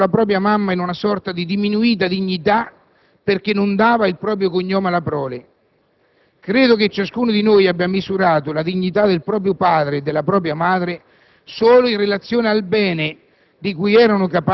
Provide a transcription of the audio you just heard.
Credo che nessuno di noi abbia avvertito la propria mamma in una sorta di diminuita dignità, perché non dava il proprio cognome alla prole: credo che ciascuno di noi abbia misurato la dignità del proprio padre e della propria madre